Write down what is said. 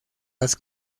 las